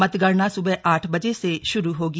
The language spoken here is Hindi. मतगणना सुबह आठ बजे से शुरू होगी